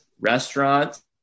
restaurants